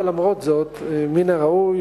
אבל למרות זאת מן הראוי,